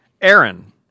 Aaron